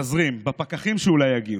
בתזרים, בפקחים שאולי יגיעו?